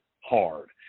hard